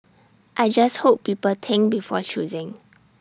I just hope people think before choosing